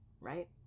right